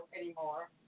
anymore